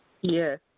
Yes